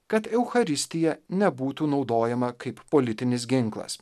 kad eucharistija nebūtų naudojama kaip politinis ginklas